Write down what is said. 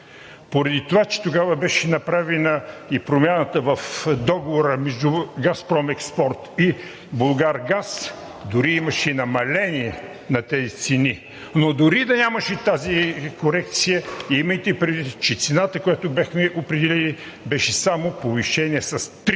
поради това, че тогава беше направена и промяната в Договора между „Газпром Експорт“ и „Булгаргаз“, дори имаше намаление на тези цени, но дори да нямаше тази корекция, имайте предвид, че цената, която бяхме определи, беше само повишение с 3%.